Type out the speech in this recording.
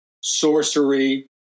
sorcery